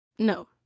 No